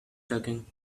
talking